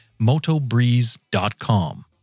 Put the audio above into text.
Motobreeze.com